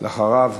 ואחריו,